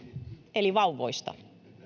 eli vauvoista